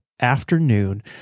afternoon